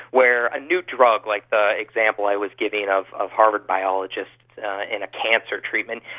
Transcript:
where a new drug, like the example i was giving of of harvard biologists in a cancer treatment,